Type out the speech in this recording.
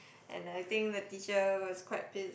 and I think the teacher was quite pissed